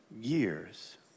years